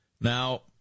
Now